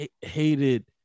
hated